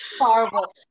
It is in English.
Horrible